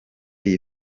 iyi